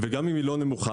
וגם אם היא לא נמוכה,